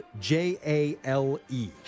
J-A-L-E